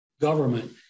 government